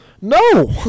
No